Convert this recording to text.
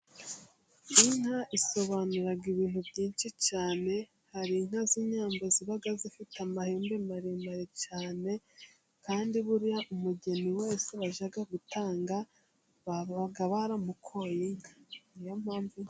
Inka isobanura ibintu byinshi cyane, hari inka z'inyambo ziba zifite amahembe maremare cyane, kandi buriya umugeni wese bajya gutanga baba baramukoye inka, niyo mpamvu ...